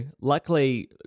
luckily